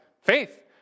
faith